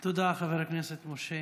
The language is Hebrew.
תודה, חבר הכנסת משה.